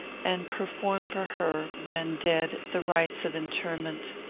and perform for her, when dead, the rites of interment.